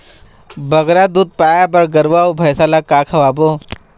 बगरा दूध पाए बर गरवा अऊ भैंसा ला का खवाबो?